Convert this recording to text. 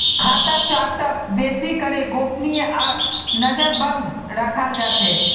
खाता चार्टक बेसि करे गोपनीय आर नजरबन्द रखाल जा छे